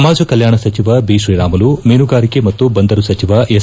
ಸಮಾಜ ಕಲ್ಲಾಣ ಸಚಿವ ಬಿತ್ರೀರಾಮುಲು ಮೀನುಗಾರಿಕೆ ಮತ್ತು ಬಂದರು ಸಚಿವ ಎಸ್